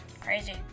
Crazy